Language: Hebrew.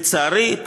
לצערי,